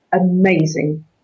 amazing